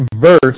verse